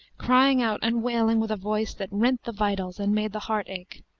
crying out and wailing with a voice that rent the vitals and made the heart ache.